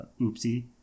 oopsie